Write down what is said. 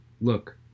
look